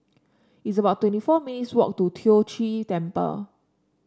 it's about twenty four minutes' walk to Tiong Ghee Temple